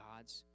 God's